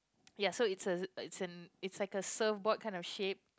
ya so it's a it's an it's like a surf board kind of shape